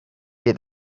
get